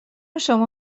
شما